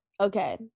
Okay